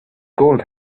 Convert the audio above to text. gold